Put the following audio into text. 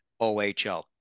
OHL